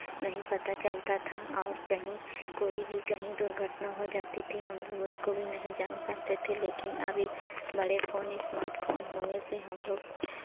नहीं पता चलता था और कहीं कोई भी कहीं दुर्घटना हो जाती थी हम लोग उसको भी नहीं जान पाते थे लेकिन अब ये बड़े फ़ोन स्मार्टफ़ोन होने से हम लोग